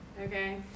Okay